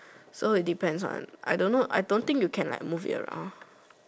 so it depends on I don't know I don't think you can like move it around